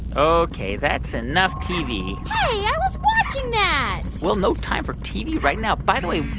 ok. that's enough tv hey, i was watching that well, no time for tv right now. by the way,